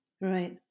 Right